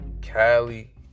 Cali